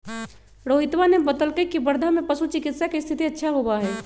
रोहितवा ने बतल कई की वर्धा में पशु चिकित्सा के स्थिति अच्छा होबा हई